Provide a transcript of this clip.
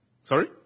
Sorry